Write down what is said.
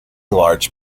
large